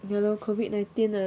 ya lor COVID nineteen ah